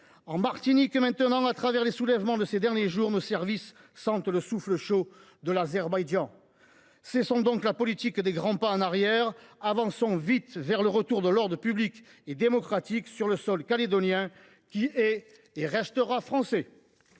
En Martinique, maintenant, au travers des soulèvements de ces derniers jours, nos services sentent le souffle chaud de l’Azerbaïdjan. Cessons donc la politique des grands pas en arrière : avançons vite vers le retour de l’ordre public et démocratique sur le sol calédonien, qui est et qui restera français